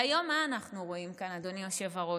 והיום, מה אנחנו רואים כאן, אדוני היושב-ראש?